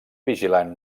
vigilant